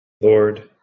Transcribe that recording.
Lord